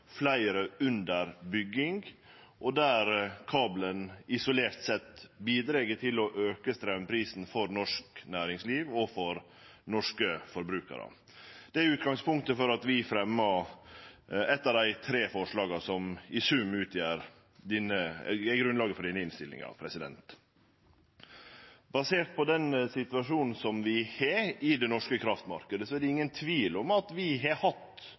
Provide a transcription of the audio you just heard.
fleire under bygging, og der kabelen isolert sett bidreg til å auke straumprisen for norsk næringsliv og for norske forbrukarar? Det er utgangspunktet for at vi fremjar eit av dei tre forslaga som i sum utgjer grunnlaget for denne innstillinga. Basert på den situasjonen som vi har i den norske kraftmarknaden, er det ingen tvil om vi har hatt